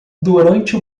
durante